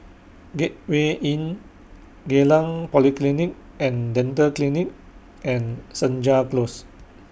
Gateway Inn Geylang Polyclinic and Dental Clinic and Senja Close